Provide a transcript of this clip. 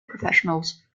professionals